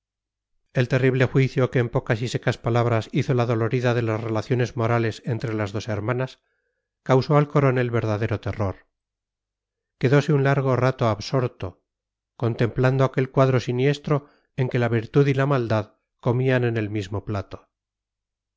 el terrible juicio que en pocas y secas palabras hizo la dolorida de las relaciones morales entre las dos hermanas causó al coronel verdadero terror quedose un largo rato absorto contemplando aquel cuadro siniestro en que la virtud y la maldad comían en el mismo plato